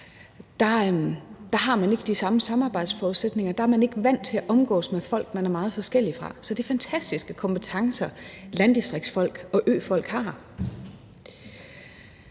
der har man ikke de samme samarbejdsforudsætninger, for der er man ikke vant til at omgås folk, man er meget forskellig fra. Så det er fantastiske kompetencer, landdistriktsfolk og øfolk har.